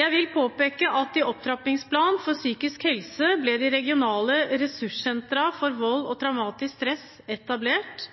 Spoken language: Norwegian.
Jeg vil påpeke at i forbindelse med Opptrappingsplanen for psykisk helse ble de regionale ressurssentrene om vold og traumatisk stress etablert,